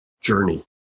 journey